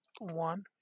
One